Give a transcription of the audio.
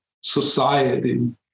society